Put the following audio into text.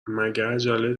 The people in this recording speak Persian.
عجله